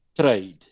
trade